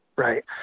Right